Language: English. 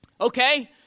Okay